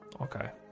Okay